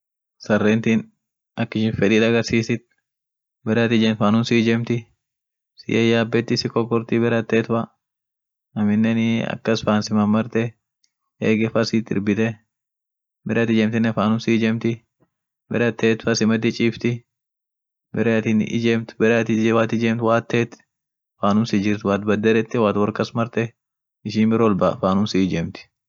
sarentin ak ishin fedi dagarsisit, bare at ijemt fanum siijemti, si yayabeti, sikorkoti bare at teet fa aminenii akas faan si mamarte ege fa siit irbite bare at ijemtinen fanum siijemti bare at teet fa simadi chiifti, bare atin ijemt bare atin-o.